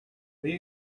will